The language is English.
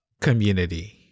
community